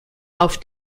auf